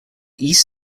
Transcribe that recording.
east